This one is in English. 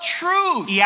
truth